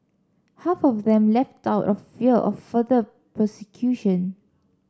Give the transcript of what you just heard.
half of them left out of fear of further persecution